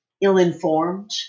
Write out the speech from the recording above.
ill-informed